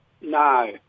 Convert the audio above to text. No